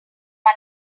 gun